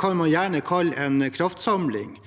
kan man gjerne kalle en «kraftsamling».